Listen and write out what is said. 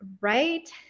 right